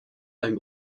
ein